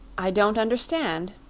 i don't understand.